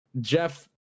Jeff